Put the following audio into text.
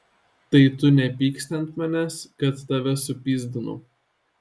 tai tu nepyksti ant manęs kad tave supyzdinau